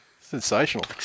Sensational